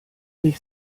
mich